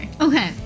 Okay